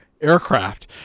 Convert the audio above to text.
aircraft